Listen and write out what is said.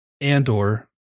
Andor